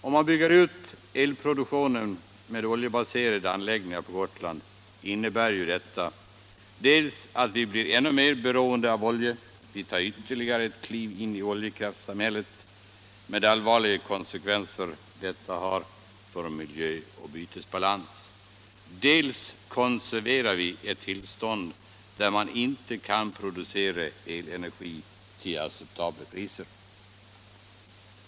Om man bygger ut elproduktionen med oljebaserade anläggningar på Gotland innebär ju detta dels att vi blir ännu mera beroende av olja och tar ytterligare ett kliv in i oljekraftsamhället med de allvarliga konsekvenser detta har för miljön och bytesbalansen, dels att vi konserverar ett tillstånd där man inte kan producera elenergi till acceptabla priser.